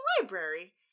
library